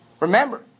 Remember